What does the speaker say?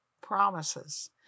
promises